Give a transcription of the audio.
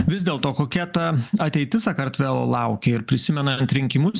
vis dėlto kokia ta ateitis sakartvelo laukia ir prisimenant rinkimus